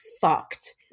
fucked